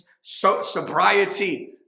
sobriety